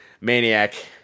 maniac